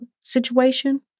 situation